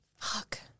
Fuck